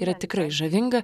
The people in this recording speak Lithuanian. yra tikrai žavinga